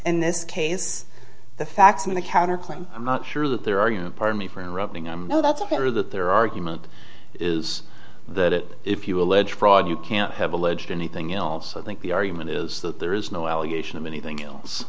in this case the facts in the counterclaim i'm not sure that their argument pardon me for interrupting i know that's ok or that their argument is that if you allege fraud you can't have alleged anything else i think the argument is that there is no allegation of anything else